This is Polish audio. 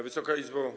Wysoka Izbo!